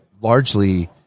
largely